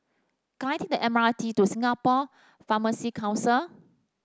can I take the M R T to Singapore Pharmacy Council